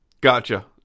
Gotcha